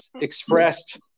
expressed